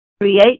Create